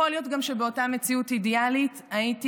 יכול להיות גם שבאותה מציאות אידיאלית הייתי